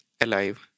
alive